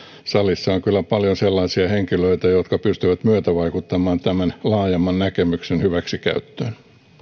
salissa on kyllä paljon sellaisia henkilöitä jotka pystyvät myötävaikuttamaan tämän laajemman näkemyksen hyväksikäyttöön